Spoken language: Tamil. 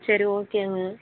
சரி ஓகேங்க